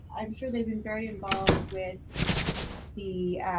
i'm sure they've been very involved with the